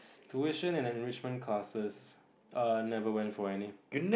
tuition and enrichment classes err never went for any